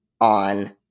on